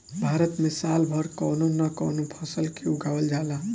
भारत में साल भर कवनो न कवनो फसल के उगावल जाला